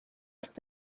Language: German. ist